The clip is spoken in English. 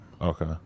Okay